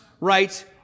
right